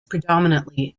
predominantly